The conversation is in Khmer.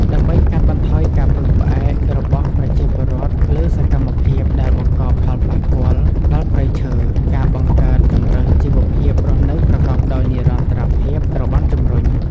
ដើម្បីកាត់បន្ថយការពឹងផ្អែករបស់ប្រជាពលរដ្ឋលើសកម្មភាពដែលបង្កផលប៉ះពាល់ដល់ព្រៃឈើ ការបង្កើតជម្រើសជីវភាពរស់នៅប្រកបដោយនិរន្តរភាពត្រូវបានជំរុញ។